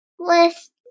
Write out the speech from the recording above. list